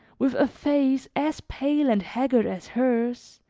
with a face as pale and haggard as hers,